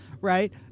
right